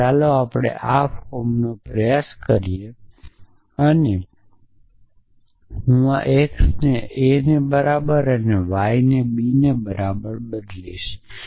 તો ચાલો આપણે આ ફોર્મનો આ પ્રયાસ કરીએ અને આ હું x ને a અને y બરાબર b ની બરાબર બદલીશ